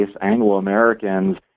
Anglo-Americans